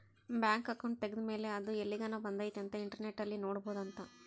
bank account ತೆಗೆದ್ದ ಮೇಲೆ ಅದು ಎಲ್ಲಿಗನ ಬಂದೈತಿ ಅಂತ ಇಂಟರ್ನೆಟ್ ಅಲ್ಲಿ ನೋಡ್ಬೊದು ಅಂತ